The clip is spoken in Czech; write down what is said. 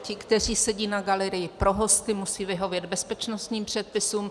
Ti, kteří sedí na galerii pro hosty, musí vyhovět bezpečnostním předpisům.